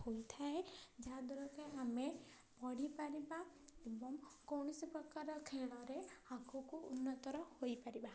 ହୋଇଥାଏ ଯାହାଦ୍ୱାରାକି ଆମେ ପଢ଼ିପାରିବା ଏବଂ କୌଣସି ପ୍ରକାର ଖେଳରେ ଆଗକୁ ଉନ୍ନତର ହୋଇପାରିବା